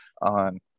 on